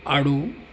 আৰু